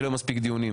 שלא יהיו מספיק דיונים?